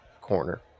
corner